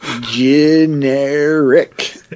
Generic